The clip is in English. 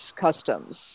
customs